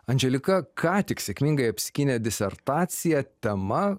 andželika ką tik sėkmingai apsigynė disertaciją tema